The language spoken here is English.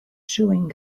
chewing